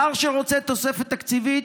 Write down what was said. שר שרוצה תוספת תקציבית,